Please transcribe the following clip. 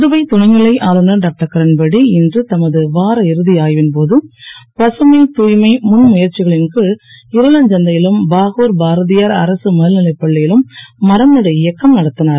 புதுவை துணைநிலை ஆளுநர் டாக்டர் கிரண்பேடி இன்று தமது வாரயிறுதி ஆய்வின் போது பசுமை தூய்மை முன் முயற்சிகளின் கீழ் இருளஞ்சந்தையிலும் பாகூர் பாரதியார் அரசு மேல்நிலை பள்ளியிலும் மரம்நடு இயக்கம் நடத்தினார்